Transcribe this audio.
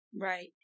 Right